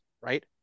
right